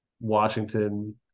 Washington